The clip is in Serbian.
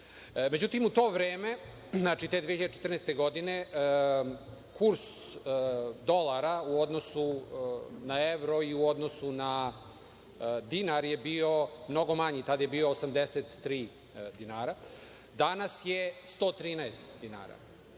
Međutim, u to vreme, te 2014. godine, kurs dolara u odnosu na evro i u odnosu na dinar je bio mnogo manji. Tada je bio 83 dinara, danas je 113 dinara,